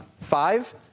five